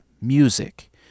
music